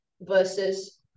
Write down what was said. versus